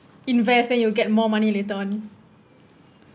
invest then you'll get more money later on